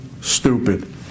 stupid